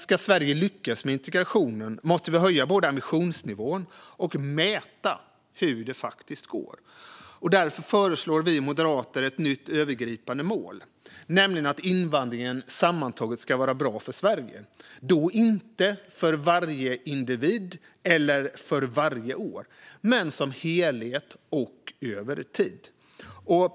Ska Sverige lyckas med integrationen måste vi både höja ambitionsnivån och mäta hur det faktiskt går. Därför föreslår vi moderater ett nytt övergripande mål, nämligen att invandringen sammantaget ska vara bra för Sverige - inte för varje individ eller varje år men som helhet och över tid.